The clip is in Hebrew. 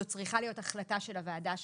זו צריכה להיות החלטה של הוועדה שלנו,